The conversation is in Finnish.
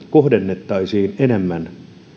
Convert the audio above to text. kohdennettaisiin enemmän